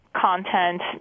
content